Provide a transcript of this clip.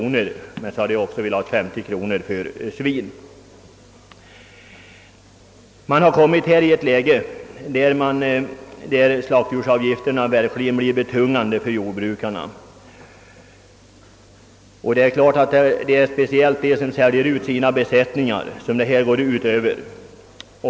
Dessutom har jordbruksnämnden emellertid föreslagit en slaktdjursavgift på 50 kronor för svin. Vi har nu kommit in i ett läge där slaktdjursavgifterna verkligen blir betungande för jordbrukarna. Speciellt drabbar höjningarna dem som säljer ut hela sina besättningar.